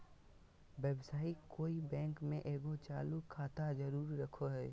व्यवसायी कोय बैंक में एगो चालू खाता जरूर रखो हइ